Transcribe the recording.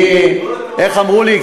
אני, איך אמרו לי?